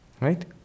Right